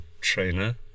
trainer